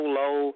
low